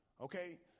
okay